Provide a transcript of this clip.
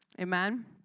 Amen